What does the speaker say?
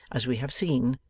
as we have seen,